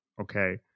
okay